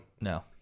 No